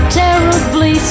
terribly